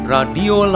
Radio